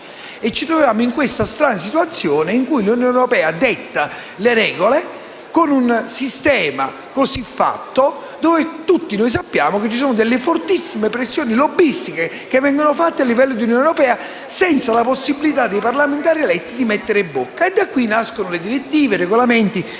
e ci troviamo nella strana situazione in cui l'Unione europea detta le regole con un sistema cosiffatto, in cui tutti noi sappiamo che ci sono delle fortissime pressioni lobbistiche fatte a livello di Unione europea senza la possibilità per i parlamentari eletti di mettere bocca. Da qui nascono direttive, regolamenti